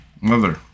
mother